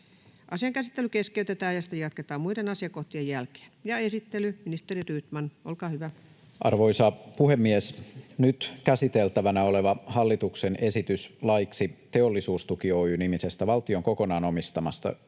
asian käsittely keskeytetään ja sitä jatketaan muiden asiakohtien jälkeen. — Esittely, ministeri Rydman, olkaa hyvä. Arvoisa puhemies! Nyt käsiteltävänä on hallituksen esitys laiksi Teollisuustuki Oy -nimisestä valtion kokonaan omistamasta osakeyhtiöstä